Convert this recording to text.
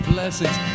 blessings